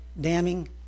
damning